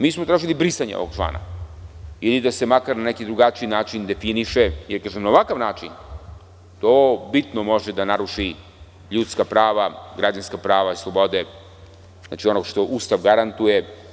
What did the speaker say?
Mi smo tražili brisanje ovog člana ili da se makar na neki drugačiji način definiše, jer na ovakav način to bitno može da naruši ljudska prava, građanska prava i slobode, ono što Ustav garantuje.